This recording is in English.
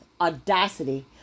audacity